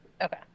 Okay